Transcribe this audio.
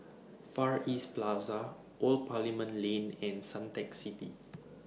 Far East Plaza Old Parliament Lane and Suntec City